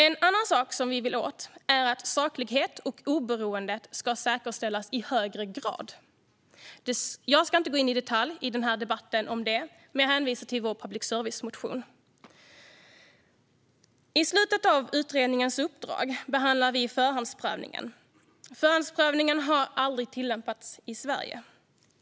En annan sak som vi vill komma åt är att saklighet och oberoende ska säkerställas i högre grad. Jag ska inte gå in i detalj i den här debatten om det, men jag hänvisar till vår public service-motion. I slutet av utredningens uppdrag behandlade vi förhandsprövningen. Förhandsprövningen har aldrig tillämpats i Sverige.